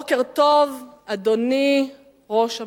בוקר טוב, אדוני ראש הממשלה.